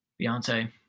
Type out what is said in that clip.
Beyonce